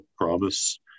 promise